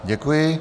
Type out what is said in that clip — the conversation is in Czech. Děkuji.